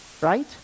right